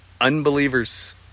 Unbelievers